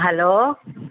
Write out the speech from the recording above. hello